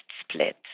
split